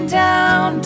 down